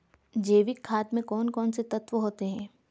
जैविक खाद में कौन कौन से तत्व होते हैं?